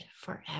forever